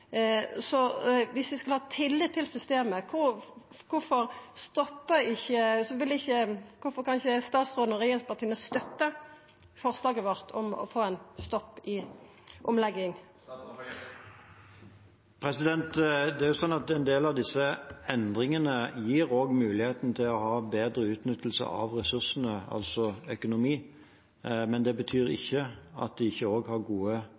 Så dersom vi skal ha tillit til systemet, kvifor kan ikkje statsråden og regjeringspartia støtta forslaget vårt om å få ein stopp i omlegginga? En del av disse endringene gir også mulighet til bedre utnyttelse av ressursene, altså økonomi, men det betyr ikke at det ikke også er gode